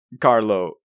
carlo